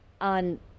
on